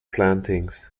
plantings